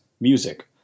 Music